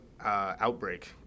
outbreak